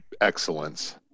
excellence